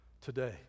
today